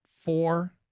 four